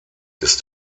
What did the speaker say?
ist